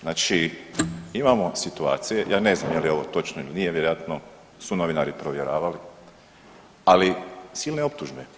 Znači, imamo situacije, ja ne znam je li ovo točno ili nije, vjerojatno su novinari provjeravali, ali silne optužbe.